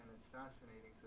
it's fascinating.